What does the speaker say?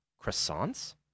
croissants